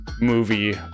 movie